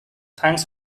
thanks